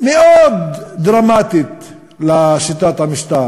מאוד דרמטית לשיטת המשטר.